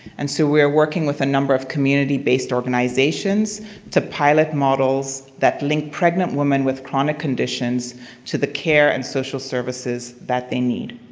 and so we are working with a number of community-based organizations to pilot models that link pregnant women with chronic conditions to the care and social services that they need.